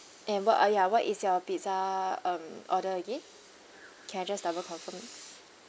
and what ah ya what is your pizza um order again can I just double confirm